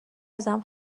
ازم